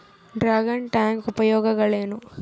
Dragon tank ಉಪಯೋಗಗಳೇನು?